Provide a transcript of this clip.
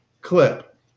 clip